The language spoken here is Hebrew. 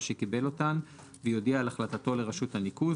שקיבל אותן ויודיע על החלטתו לרשות הניקוז,